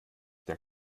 der